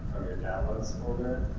your downloads folder,